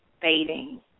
fading